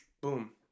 Boom